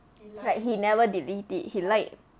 he never delete it he lied